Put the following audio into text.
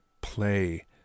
play